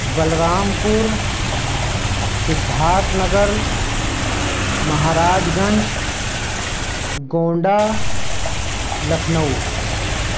بلرام پور Siddharthnagar Maharajganj Gonda Lucknow